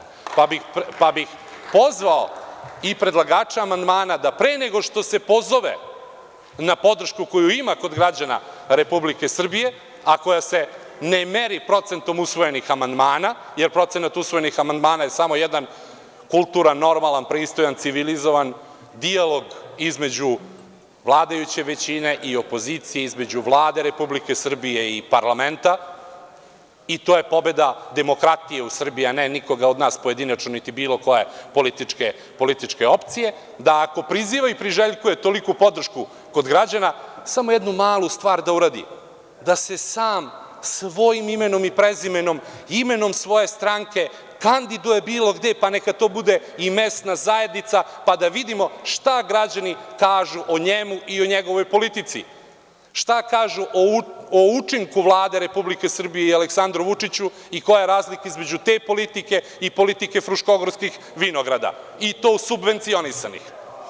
Pa, pozvao bih i predlagača amandmana da, pre nego što se pozove na podršku koju ima kod građana Republike Srbije, a koja se ne meri procentom usvojenih amandmana, jer procenat usvojenih amandmana je samo jedan kulturan, normalan, pristojan, civilizovan dijalog između vladajuće većine i opozicije, između Vlade Republike Srbije i parlamenta, i to je pobeda demokratije u Srbiji, a ne nikoga od nas pojedinačno, niti bilo koje političke opcije, da ako priziva i priželjkuje toliku podršku kod građana, samo jednu malu stvar da uradi, da se sam svojim imenom i prezimenom, imenom svoje stranke kandiduje bilo gde, pa neka to bude i mesna zajednica, pa da vidimo šta građani kažu o njemu i o njegovoj politici, šta kažu o učinku Vlade Republike Srbije i Aleksandru Vučiću i koja je razlika između te politike i politike fruškogorskih vinograda i to subvencionisanih.